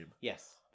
Yes